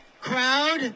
crowd